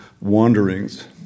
wanderings